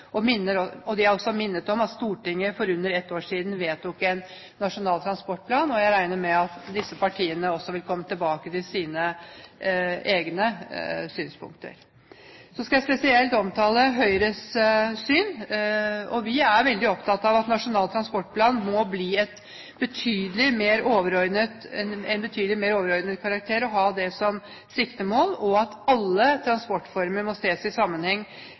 de minner om at Stortinget for under ett år siden vedtok en nasjonal transportplan. Jeg regner med at disse partiene vil komme tilbake til sine egne synspunkter. Så vil jeg spesielt omtale Høyres syn. Vi er veldig opptatt av at Nasjonal transportplan må bli av betydelig mer overordnet karakter og ha det som siktemål. Alle transportformer må ses i sammenheng